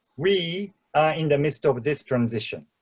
we are in the midst of this transition.